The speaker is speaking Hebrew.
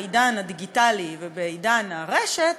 בעידן הדיגיטלי ובעידן הרשת,